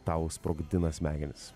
tau sprogdina smegenis